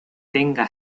tenga